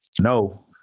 no